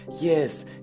Yes